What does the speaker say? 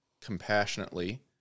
compassionately